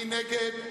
נתקבל.